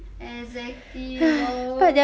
exactly lor